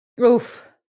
Oof